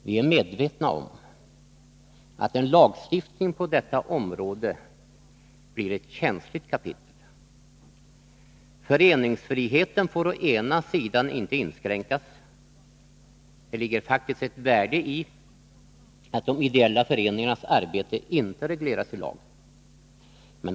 Vi är medvetna om att en lagstiftning på detta område blir ett känsligt kapitel. Å ena sidan får föreningsfriheten inte inskränkas. Det ligger faktiskt ett värde i att de ideella föreningarnas arbete inte regleras i lag.